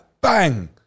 bang